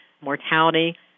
mortality